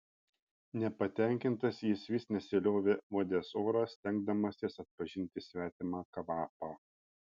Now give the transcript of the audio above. nepatenkintas jis vis nesiliovė uodęs orą stengdamasis atpažinti svetimą kvapą